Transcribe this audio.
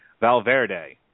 Valverde